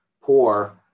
poor